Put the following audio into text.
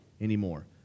anymore